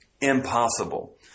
impossible